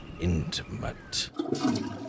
intimate